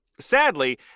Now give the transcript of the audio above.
Sadly